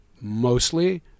mostly